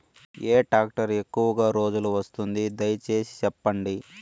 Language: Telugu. ఏ టాక్టర్ ఎక్కువగా రోజులు వస్తుంది, దయసేసి చెప్పండి?